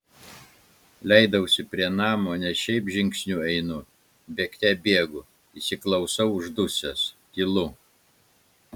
leidausi prie namo ne šiaip žingsniu einu bėgte bėgu įsiklausau uždusęs tylu